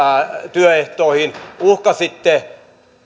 työehtoihin uhkasitte